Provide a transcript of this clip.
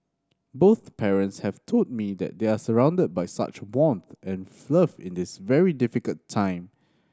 both parents have told me that they are surrounded by such warmth and in this very difficult time